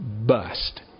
bust